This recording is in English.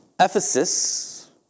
Ephesus